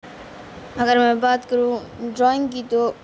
اگر میں بات کروں ڈرائنگ کی تو